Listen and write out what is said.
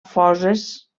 foses